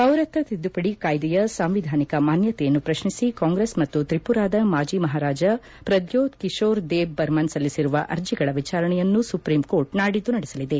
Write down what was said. ಪೌರತ್ವ ತಿದ್ದುಪದಿ ಕಾಯ್ದೆಯ ಸಾಂವಿಧಾನಿಕ ಮಾನ್ಯತೆಯನ್ನು ಪ್ರಶ್ನಿಸಿ ಕಾಂಗ್ರೆಸ್ ಮತ್ತು ತ್ರಿಪುರಾದ ಮಾಜಿ ಮಹಾರಾಜ ಪ್ರದ್ಯೋತ್ ಕಿಶೋರ್ ದೇಬ್ ಬರ್ಮನ್ ಸಲ್ಲಿಸಿರುವ ಅರ್ಜಿಗಳ ವಿಚಾರಣೆಯನ್ನು ಸುಪ್ರೀಂಕೋರ್ಟ್ ನಾಡಿದ್ದು ನಡೆಸಲಿದೆ